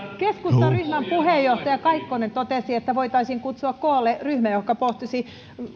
keskustan ryhmän puheenjohtaja kaikkonen totesi että voitaisiin kutsua koolle ryhmä joka pohtisi